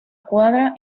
cuadra